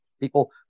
people